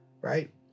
right